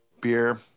beer